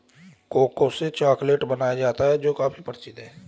cocoa से chocolate बनाया जाता है जो काफी प्रसिद्ध है